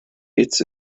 its